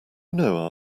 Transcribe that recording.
know